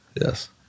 Yes